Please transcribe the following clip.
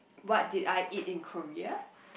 what did I eat in Korea